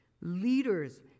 leaders